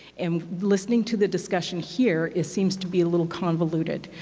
and listening to the discussion here it seems to be a little convoluted.